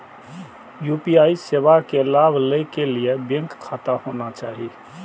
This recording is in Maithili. यू.पी.आई सेवा के लाभ लै के लिए बैंक खाता होना चाहि?